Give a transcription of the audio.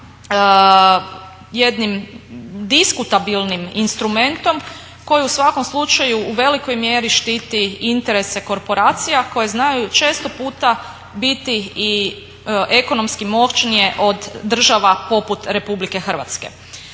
jednim diskutabilnim instrumentom koji u svakom slučaju u velikoj mjeri štiti interese korporacija koje znaju često puta biti i ekonomski moćnije od država poput Republike Hrvatske.